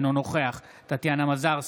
אינו נוכח טטיאנה מזרסקי,